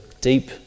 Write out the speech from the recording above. deep